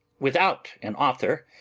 without an author.